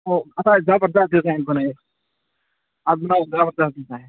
ہَو اَتھ آسہِ زبَردَس ڈِزایِن بنٲوِتھ اَتھ بناوَو زبَردس ڈِزایِن